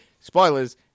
spoilers